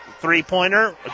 three-pointer